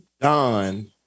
Don